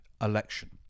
election